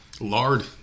lard